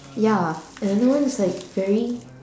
ya another one is like very